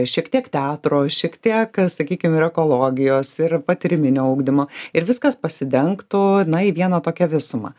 šiek tiek teatro šiek tiek sakykim ir ekologijos ir patyriminio ugdymo ir viskas pasidengtų na į vieną tokią visumą